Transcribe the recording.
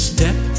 Step